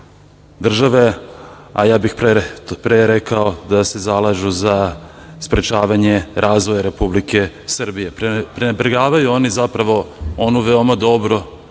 države, a ja bih rekao da se zalažu za sprečavanje razvoja Republike Srbije. Prenebregavaju oni zapravo onu veoma dobru